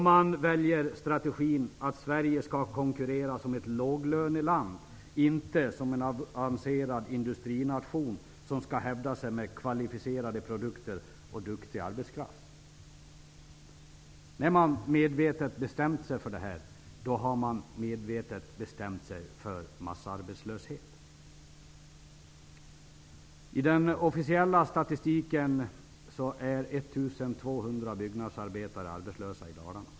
Man väljer medvetet strategin att Sverige skall konkurrera som ett låglöneland, inte som en avancerad industrination som skall hävda sig med kvalificerade produkter och duktig arbetskraft. När man medvetet bestämt sig för detta har man medvetet bestämt sig för massarbetslöshet. byggnadsarbetare arbetslösa i Dalarna.